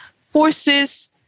forces